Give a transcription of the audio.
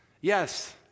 Yes